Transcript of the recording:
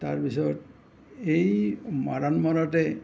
তাৰপিছত এই মাৰণ মাৰোঁতে